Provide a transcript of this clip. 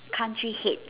country head